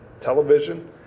television